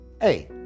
Hey